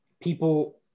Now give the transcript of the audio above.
people